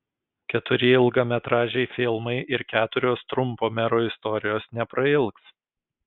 keturi ilgametražiai filmai ir keturios trumpo mero istorijos neprailgs